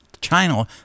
china